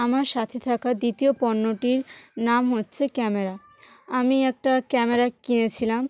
আমার সাথে থাকা দ্বিতীয় পণ্যটির নাম হচ্ছে ক্যামেরা আমি একটা ক্যামেরা কিনেছিলাম